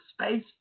Space